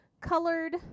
colored